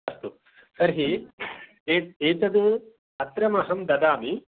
अस्तु तर्हि एत् एतत् पत्रम् अहं ददामि